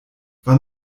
war